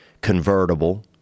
convertible